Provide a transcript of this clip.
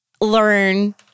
learn